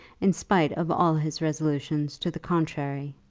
in spite of all his resolutions to the contrary.